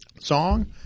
song